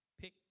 pick